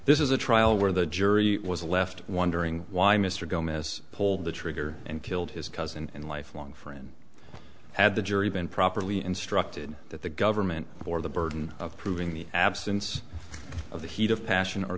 this is a trial where the jury was left wondering why mr gomes pulled the trigger and killed his cousin and lifelong friend had the jury been properly instructed that the government for the burden of proving the absence of the heat of passion or